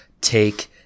take